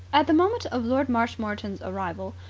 at the moment of lord marshmoreton's arrival,